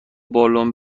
بالن